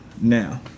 now